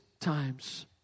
times